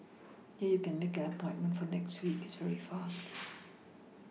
here you can make an appointment for next week it's very fast